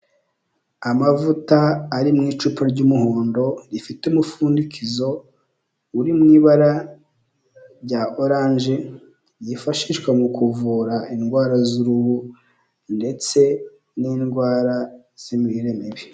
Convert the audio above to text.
Amavuta ari mu icupa ry'umuhondo rifite umupfundikizo uri mu ibara rya oranje, yifashishwa mu kuvura indwara z'uruhu ndetse n'indwara z'imirire mibi.